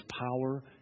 power